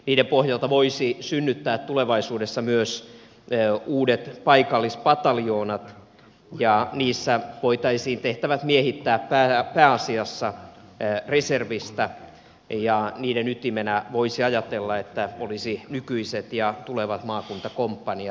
niiden pohjalta voisi synnyttää tulevaisuudessa myös uudet paikallispataljoonat ja niissä voitaisiin tehtävät miehittää pääasiassa reservistä ja niiden ytimenä voisi ajatella olevan nykyiset ja tulevat maakuntakomppaniat